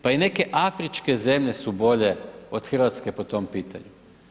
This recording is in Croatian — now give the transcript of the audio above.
Pa i neke Afričke zemlje su bolje od Hrvatske po tom pitanju.